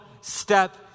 step